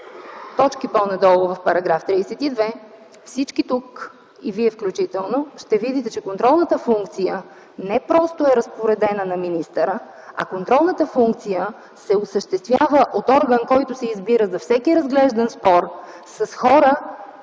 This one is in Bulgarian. точки по-надолу в § 32, всички тук и Вие включително ще видите, че контролната функция не просто е разпоредена на министъра, а се осъществява от орган, който се избира за всеки разглеждан спор с хора,